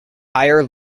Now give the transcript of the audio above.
higher